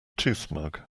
toothmug